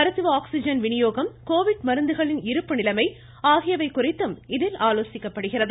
மருத்துவ ஆக்சிஜன் விநியோகம் கோவிட் மருந்துகளின் இருப்பு நிலைமை ஆகியவை குறித்தும் இதில் ஆலோசிக்கப்படுகிறது